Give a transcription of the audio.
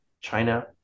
China